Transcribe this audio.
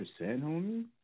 homie